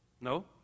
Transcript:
no